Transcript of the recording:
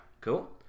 Cool